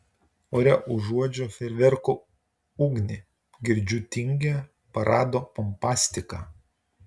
ore užuodžiu fejerverkų ugnį girdžiu tingią parado pompastiką